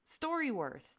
StoryWorth